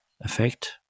effect